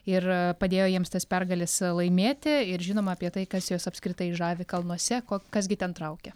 ir padėjo jiems tas pergales laimėti ir žinoma apie tai kas juos apskritai žavi kalnuose ko kas gi ten traukia